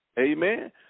Amen